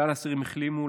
כלל האסירים החלימו,